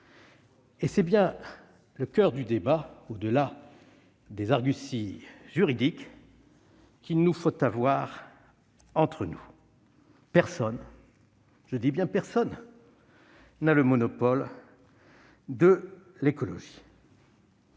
Et c'est bien le coeur du débat, au-delà des arguties juridiques, qu'il nous faut avoir entre nous. Personne- je dis bien « personne » -n'a le monopole de l'écologie.